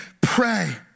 Pray